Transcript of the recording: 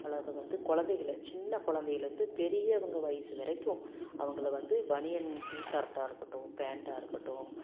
அல்லது வந்து குலந்தைங்கள சின்ன குலந்தைலேந்து பெரியவங்கள் வயசு வரைக்கும் அவங்களை வந்து பனியன் டீ ஷர்ட்டாக இருக்கட்டும் பேன்ட்டாக இருக்கட்டும்